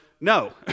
no